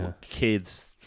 kids